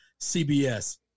CBS